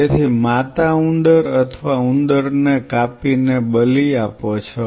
તેથી માતા ઉંદર અથવા ઉંદર ને કાપી ને બલિ આપો છો